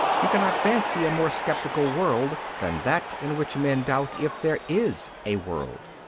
you cannot fancy a more sceptical world than that in which men doubt if there is a world.